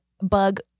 bug